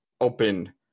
open